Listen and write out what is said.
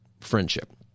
friendship